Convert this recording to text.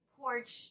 porch